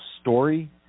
story